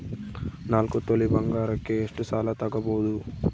ನಾಲ್ಕು ತೊಲಿ ಬಂಗಾರಕ್ಕೆ ಎಷ್ಟು ಸಾಲ ತಗಬೋದು?